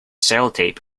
sellotape